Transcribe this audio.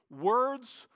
words